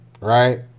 right